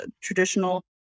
traditional